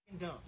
dumb